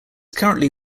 currently